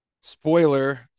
spoiler